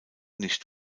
nicht